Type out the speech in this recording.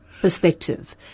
perspective